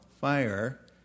fire